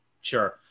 sure